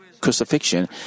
crucifixion